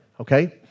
okay